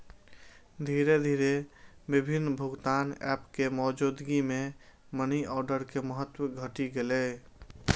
धीरे धीरे विभिन्न भुगतान एप के मौजूदगी मे मनीऑर्डर के महत्व घटि गेलै